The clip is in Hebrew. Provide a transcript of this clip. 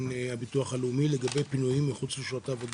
הביטוח הלאומי לגבי פינוי מחוץ לשעות העבודה.